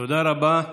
תודה רבה.